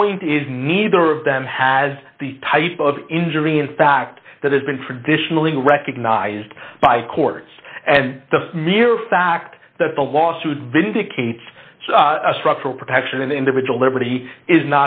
point is neither of them has the type of injury in fact that has been traditionally recognized by courts and the mere fact that the lawsuit vindicates structural protection of individual liberty is